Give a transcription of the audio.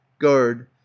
Guard